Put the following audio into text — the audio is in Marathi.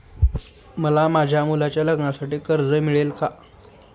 मला माझ्या मुलाच्या लग्नासाठी कर्ज मिळेल का?